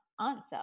answer